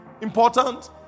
important